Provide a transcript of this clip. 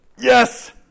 Yes